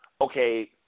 okay